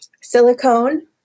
silicone